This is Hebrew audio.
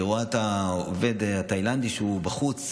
והיא רואה את העובד התאילנדי בחוץ,